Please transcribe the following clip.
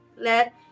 let